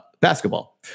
basketball